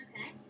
Okay